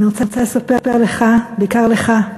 אני רוצה לספר לך, בעיקר לך,